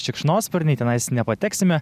šikšnosparniai tenais nepateksime